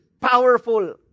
powerful